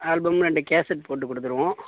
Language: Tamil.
ஆல்பம் ரெண்டு கேசட் போட்டு கொடுத்துடுவோம்